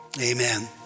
Amen